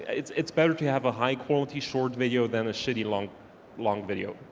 it's it's better to have a high quality short video than a shitty long long video,